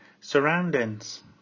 surroundings